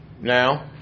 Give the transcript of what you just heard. Now